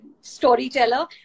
storyteller